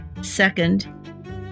Second